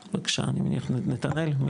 בבקשה, נתנאל.